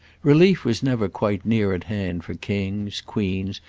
relief was never quite near at hand for kings, queens,